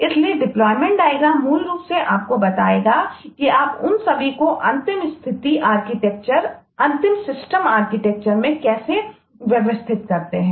इसलिए deployment diagram में कैसे व्यवस्थित करते हैं